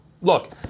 Look